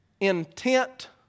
Intent